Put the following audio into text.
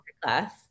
class